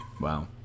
Wow